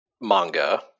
manga